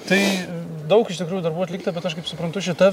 tai daug iš tikrųjų darbų atlikta bet aš kaip suprantu šita